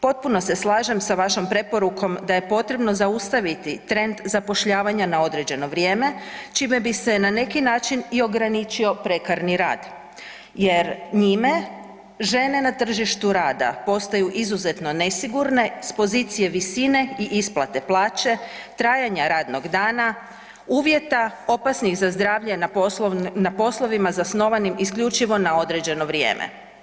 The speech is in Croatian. Potpuno se slažem sa vašom preporukom da je potrebno zaustaviti trend zapošljavanja na određeno vrijeme čime bi se na neki način i ograničio prekarni rad jer njime žene na tržištu rada postaju izuzetno nesigurne s pozicije visine i isplate plaće, trajanja radnog dana, uvjeta opasnih za zdravlje na poslovima zasnovanim isključivo na određeno vrijeme.